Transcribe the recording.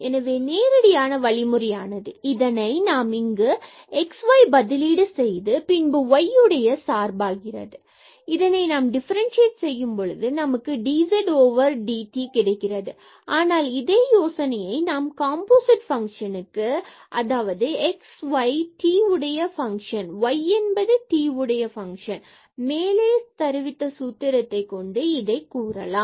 எனவே நேரடியான வழிமுறையானது இதை நாம் இங்கு x and y பதிலீடு செய்து பின்பு t உடைய சார்பாகிறது இதனை நாம் டிஃபரன்சியேட் செய்யும் பொழுது நமக்கு dz over dt கிடைக்கிறது ஆனால் இதே யோசனையை நாம் காம்போசிட் பங்ஷனுக்கு z அதாவது x y and t உடைய பங்க்ஷன் y என்பது t உடைய ஃபங்ஷன் மேலே தருவித்த சூத்திரத்தை கொண்டு இதைக் கூறலாம்